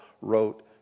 wrote